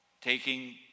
Taking